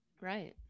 right